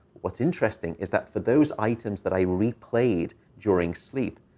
what's interesting is that for those items that i replayed during sleep,